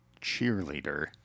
cheerleader